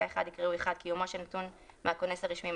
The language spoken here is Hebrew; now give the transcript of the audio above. (1) יקראו "(1) קיומו של נתון מהכונס הרשמי,